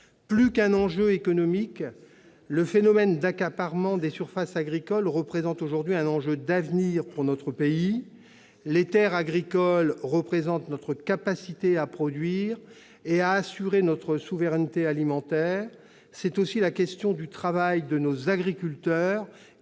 Plus qu'un enjeu économique, le phénomène d'accaparement des surfaces agricoles représente aujourd'hui un enjeu d'avenir pour notre pays. Les terres agricoles représentent notre capacité à produire et à assurer notre souveraineté alimentaire, mais il est aussi question du travail et des revenus